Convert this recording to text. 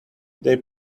they